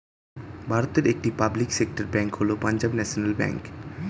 ভারতের একটি public sector bank হল পাঞ্জাব ন্যাশনাল ব্যাঙ্ক